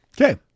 Okay